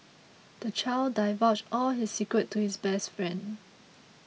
the child divulged all his secrets to his best friend